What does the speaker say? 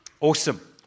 Awesome